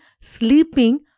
sleeping